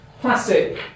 Classic